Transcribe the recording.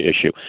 issue